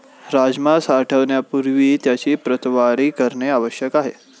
राजमा साठवण्यापूर्वी त्याची प्रतवारी करणे आवश्यक आहे